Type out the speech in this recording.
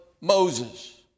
Moses